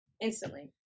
Instantly